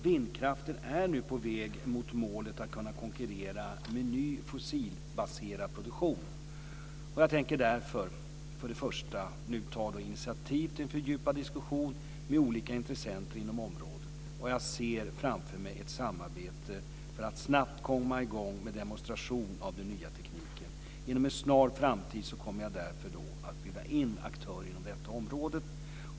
Vindkraften är nu på väg mot målet att kunna konkurrera med ny fossilbaserad produktion. Jag tänker därför, till att börja med, nu ta initiativ till en fördjupad diskussion med olika intressenter inom området. Jag ser framför mig ett samarbete för att snabbt komma i gång med demonstration av den nya tekniken. Inom en snar framtid kommer jag därför att bjuda in aktörer på detta område.